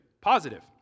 Positive